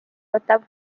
võtab